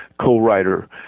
co-writer